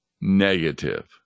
negative